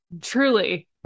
Truly